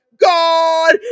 God